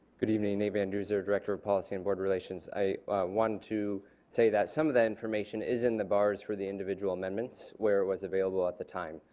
good evening nate van duzer director of policy and board relations. i wanted to say that some of that information is in the bars for the individual amendments where it was available at the time.